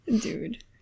Dude